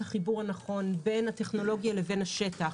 החיבור הנכון בין הטכנולוגיה לבין השטח,